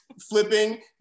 flipping